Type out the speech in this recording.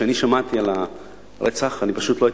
כשאני שמעתי על הרצח אני פשוט לא הייתי